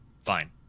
Fine